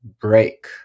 break